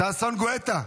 ששון גואטה.